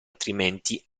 altrimenti